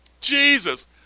Jesus